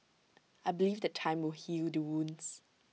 I believe that time will heal the wounds